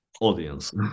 audience